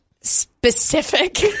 specific